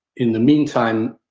in the meantime,